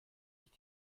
sich